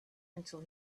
until